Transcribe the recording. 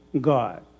God